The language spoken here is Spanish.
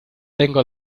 tengo